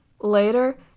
later